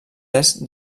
est